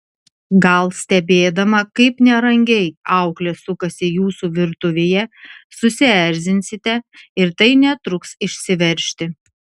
gal stebėdama kaip nerangiai auklė sukasi jūsų virtuvėje susierzinsite ir tai netruks išsiveržti